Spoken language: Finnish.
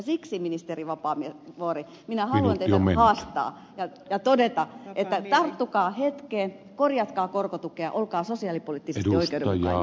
siksi ministeri vapaavuori minä haluan teitä haastaa ja todeta että tarttukaa hetkeen korjatkaa korkotukea olkaa sosiaalipoliittisesti oikeudenmukainen